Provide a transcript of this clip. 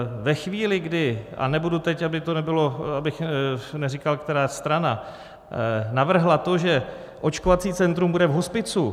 Ve chvíli, kdy a nebudu teď, aby to nebylo... abych neříkal, která strana navrhla to, že očkovací centrum bude v hospicu.